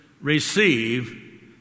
receive